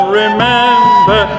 remember